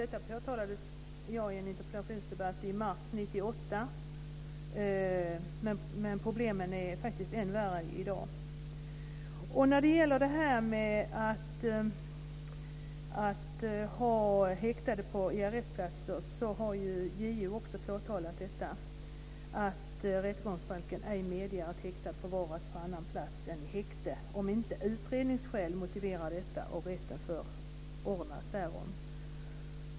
Detta påtalade jag i en interpellationsdebatt i mars 1998. Men problemen är faktiskt än värre i dag. När det gäller att ha häktade på arrestplatser har JO också påtalat detta. Rättegångsbalken medger ej att häktad förvaras på annan plats än i häkte, om inte utredningsskäl motiverar detta och rätten förordnat därom.